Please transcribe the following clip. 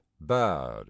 Bad